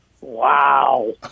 Wow